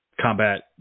combat